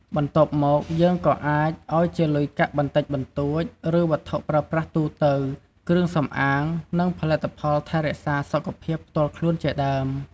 បន្ទាប់មកយើងក៏អាច អោយជាលុយកាក់បន្តិចបន្តួច ឬវត្ថុប្រើប្រាស់ទូទៅ គ្រឿងសម្អាង និងផលិតផលថែរក្សាសុខភាពផ្ទាល់ខ្លួនជាដើម។